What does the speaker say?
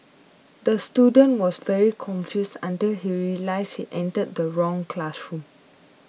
the student was very confused until he realised he entered the wrong classroom